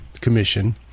Commission